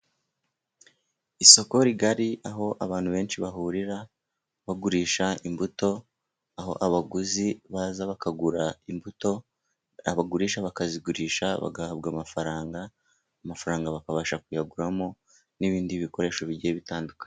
Isoko rigari aho abantu benshi bahurira bagurisha imbuto, aho abaguzi baza bakagura imbuto, abagurisha bakazigurisha bagahabwa amafaranga, amafaranga bakabasha kuyaguramo n'ibindi bikoresho bigiye bitandukanye.